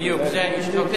בדיוק, זה האיש.